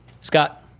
Scott